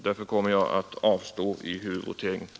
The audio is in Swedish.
Därför kommer jag att avstå i huvudvoteringen.